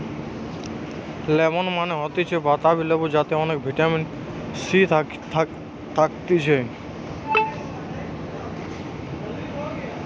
lemon মানে হতিছে বাতাবি লেবু যাতে অনেক ভিটামিন সি থাকতিছে